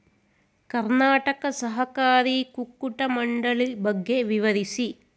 ಕರ್ನಾಟಕ ಸಹಕಾರಿ ಕುಕ್ಕಟ ಮಂಡಳಿ ಬಗ್ಗೆ ವಿವರಿಸಿ?